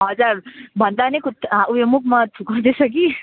हजुर भन्दा नै उयो मुखमा थुक आउँदैछ कि